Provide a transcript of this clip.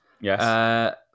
Yes